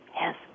Yes